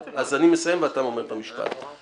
אז אני מסיים ואתה אומר את המשפט.